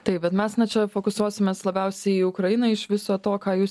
taip bet mes na čia fokusuosimės labiausiai į ukrainą iš viso to ką jūs